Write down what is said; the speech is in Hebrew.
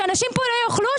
שאנשים פה לא יאכלו?